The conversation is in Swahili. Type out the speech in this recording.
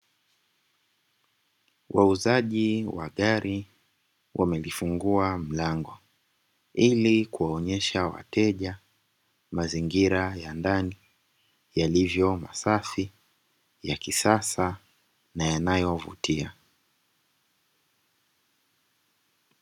Wauzaji wa gari wamelifungua mlango, ili kuwaonyesha wateja mazingira ya ndani yalivyo masafi ya kisasa na yanayovutia.